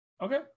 Okay